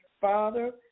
Father